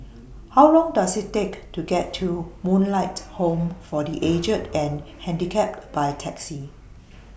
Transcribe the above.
How Long Does IT Take to get to Moonlight Home For The Aged and Handicapped By Taxi